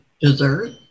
dessert